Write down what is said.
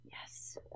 Yes